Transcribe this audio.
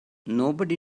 nobody